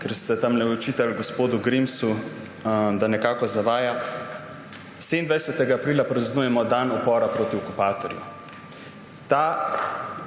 ker ste tamle očitali gospodu Grimsu, da nekako zavaja – da 27. aprila praznujemo dan upora proti okupatorju. Ta